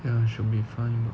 ya should be fine